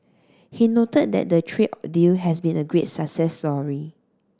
he noted that the trade deal has been a great success story